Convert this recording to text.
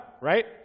right